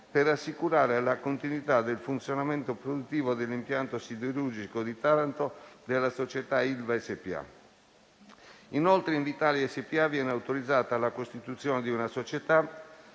per assicurare la continuità del funzionamento produttivo dell'impianto siderurgico di Taranto della società Ilva SpA. Inoltre, Invitalia SpA viene autorizzata alla costituzione di una società